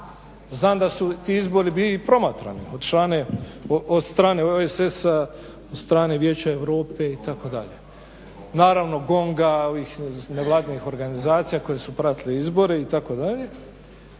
znam da su ti izbori bili i promatrani od strane OESS, od strane Vijeća Europe itd., naravno GONG-a, nevladinih organizacija koje su pratile izbore itd..